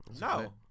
No